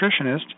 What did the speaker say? nutritionist